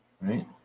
right